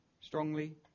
strongly